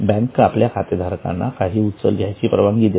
bank आपल्या खातेधारकांना काही उचल घ्यायची परवानगी देते